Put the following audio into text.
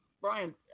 Brian